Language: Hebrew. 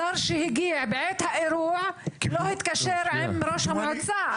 השר שהגיע בעת האירוע לא התקשר עם ראש המועצה.